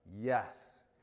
Yes